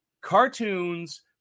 cartoons